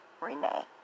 Renee